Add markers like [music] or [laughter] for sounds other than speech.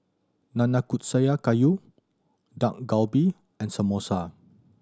Nanakusa [unintelligible] gayu Dak Galbi and Samosa